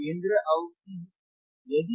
fc केंद्र आवृत्ति है